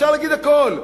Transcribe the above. אפשר להגיד הכול.